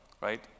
right